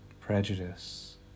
prejudice